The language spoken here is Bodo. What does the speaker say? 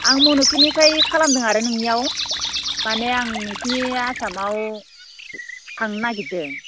आं मनिपुरनिफ्राय खालामदों आरो नोंनियाव मानि आं नोंसिनि आसामाव थांनो नागिरदों